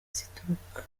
zituruka